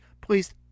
please